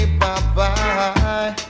bye-bye